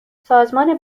سازمان